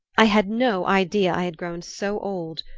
i had no idea i had grown so old.